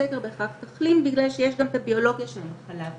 תודה שאת מעלה את הנושא הזה.